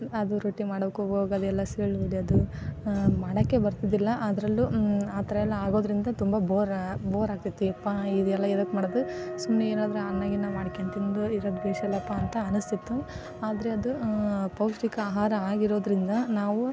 ಅದು ರೊಟ್ಟಿ ಮಾಡೋಕ್ಕೂ ಹೋಗುವಾಗ ಅದೆಲ್ಲ ಸೀಳು ಹೊಡೆಯೋದು ಮಾಡೋಕೆ ಬರ್ತಿರ್ಲಿಲ್ಲ ಅದರಲ್ಲೂ ಆ ಥರ ಎಲ್ಲ ಆಗೋದರಿಂದ ತುಂಬ ಬೋರ್ ಬೋರಾಗ್ತಿತ್ತು ಯಪ್ಪಾ ಇದೆಲ್ಲ ಯಾವ್ದಕ್ಕೆ ಮಾಡೋದು ಸುಮ್ಮನೆ ಏನಾದರೂ ಅನ್ನ ಗಿನ್ನ ಮಾಡ್ಕೊಂಡು ತಿಂದು ಇರೋದು ಬೇಷಲ್ಲಪ್ಪ ಅಂತ ಅನ್ನಿಸ್ತಿತ್ತು ಆದರೆ ಅದು ಪೌಷ್ಠಿಕ ಆಹಾರ ಆಗಿರೋದರಿಂದ ನಾವು